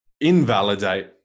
invalidate